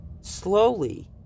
slowly